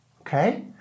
Okay